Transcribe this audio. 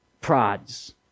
prods